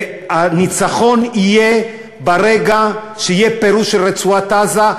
הניצחון יהיה ברגע שיהיה פירוז של רצועת-עזה.